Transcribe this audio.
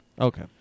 Okay